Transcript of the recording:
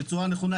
בצורה נכונה,